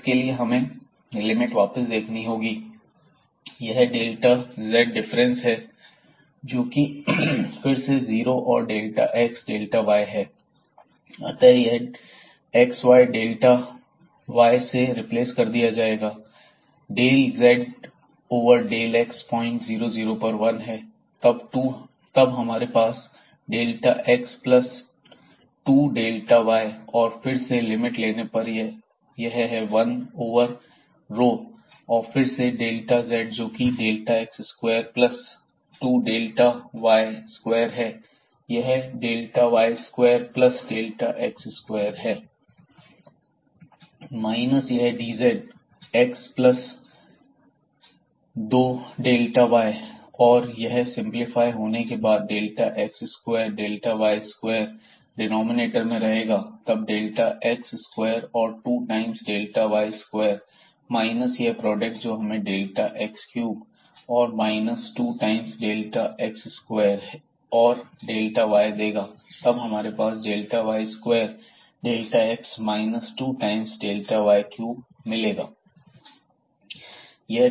इसके लिए हमें लिमिट वापस देखनी होगी यह डेल्टा z डिफरेंस है जो कि फिर से जीरो और डेल्टा x डेल्टा y है अतः यह xy delta x delta y से रिप्लेस कर दिया जाएगा del z over del x point 00 पर 1 है और यह 2 तब हमारे पास delta x plus two delta y और फिर से लिमिट लेने पर यह 1 है ओवर रोऔर फिर यह डेल्टा z जोकि delta x square plus two delta y square है और यह delta y square plus delta x square है zf0x0y f00Δx32Δy3Δx2Δy2 dz∂z∂xx∂z∂yΔyx2Δy माइनस यह dz डेल्टा x प्लस दो डेल्टा y और यह सिंप्लीफाय होने के बाद delta x square delta y square denominator में रहेगा तब डेल्टा x स्क्वायर और two times delta y square minus यह प्रोडक्ट जो हमें डेल्टा x क्यूब और minus two times delta x square और डेल्टा y देगा तब हमारे पास delta y square delta x minus two times delta y cube मिलेगा